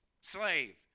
slave